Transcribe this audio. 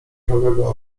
prawego